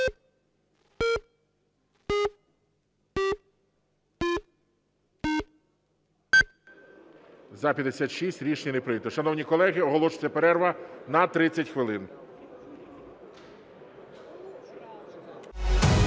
За-56 Рішення не прийнято. Шановні колеги, оголошується перерва на 30 хвилин.